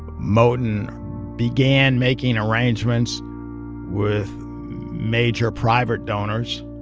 moton began making arrangements with major private donors,